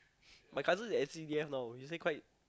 my cousin in S_C_D_F now he say quite